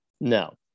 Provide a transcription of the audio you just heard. No